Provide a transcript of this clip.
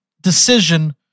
decision